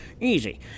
Easy